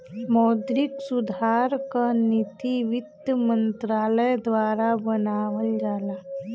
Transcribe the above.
मौद्रिक सुधार क नीति वित्त मंत्रालय द्वारा बनावल जाला